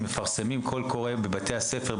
אנחנו מפרסים קול קורא בבתי הספר,